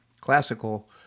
classical